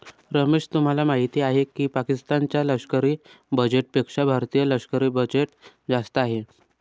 रमेश तुम्हाला माहिती आहे की पाकिस्तान च्या लष्करी बजेटपेक्षा भारतीय लष्करी बजेट जास्त आहे